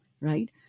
right